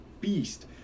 beast